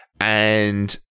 and-